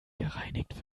gereinigt